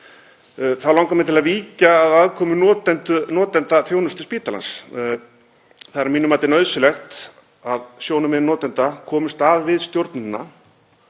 Þá langar mig til að víkja að aðkomu notendaþjónustu spítalans. Það er að mínu mati nauðsynlegt að sjónarmið notenda komist að við stjórnunina.